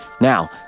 now